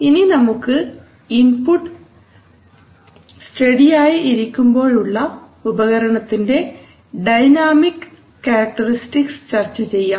ഇനി നമുക്ക് input steady ആയി ഇരിക്കുമ്പോൾ ഉള്ള ഉപകരണത്തിൻറെ ഡൈനാമിക് ക്യാരക്ടറിസ്റ്റിക്സ് ചർച്ച ചെയ്യാം